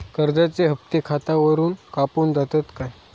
कर्जाचे हप्ते खातावरून कापून जातत काय?